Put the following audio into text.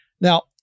Now